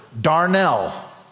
Darnell